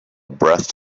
breath